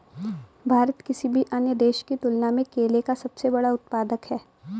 भारत किसी भी अन्य देश की तुलना में केले का सबसे बड़ा उत्पादक है